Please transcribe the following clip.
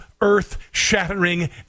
earth-shattering